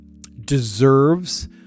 deserves